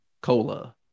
cola